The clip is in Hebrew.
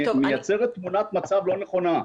היא מציירת תמונת מצב לא נכונה.